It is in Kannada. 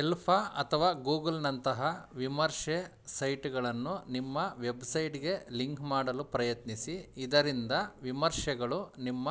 ಎಲ್ಪ್ಹ ಅಥವಾ ಗೂಗಲ್ನಂತಹ ವಿಮರ್ಶೆ ಸೈಟ್ಗಳನ್ನು ನಿಮ್ಮ ವೆಬ್ಸೈಟ್ಗೆ ಲಿಂಕ್ ಮಾಡಲು ಪ್ರಯತ್ನಿಸಿ ಇದರಿಂದ ವಿಮರ್ಶೆಗಳು ನಿಮ್ಮ